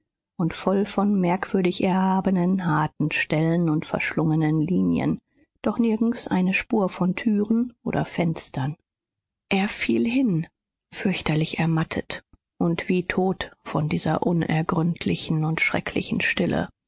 und voll von merkwürdig erhabenen harten stellen und verschlungenen linien doch nirgends eine spur von türen oder fenstern er fiel hin fürchterlich ermattet und wie tot von dieser unergründlichen und schrecklichen stille